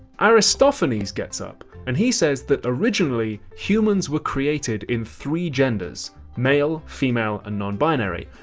aristophanes gets up and he says that originally humans were created in three genders male, female and non binary.